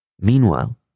Meanwhile